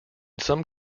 some